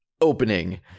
Opening